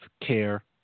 care